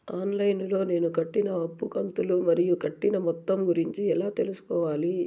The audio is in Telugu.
ఆన్ లైను లో నేను కట్టిన అప్పు కంతులు మరియు కట్టిన మొత్తం గురించి ఎలా తెలుసుకోవాలి?